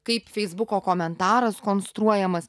kaip feisbuko komentaras konstruojamas